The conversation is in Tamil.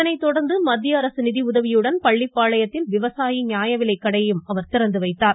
இதனைத்தொடர்ந்து மத்திய அரசு நிதி உதவியுடன் பள்ளிப்பாளையத்தில் விவசாயி நியாயவிலைக்கடையை அமைச்சர் திறந்து வைத்தார்